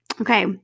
Okay